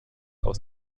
aus